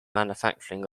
manufacturing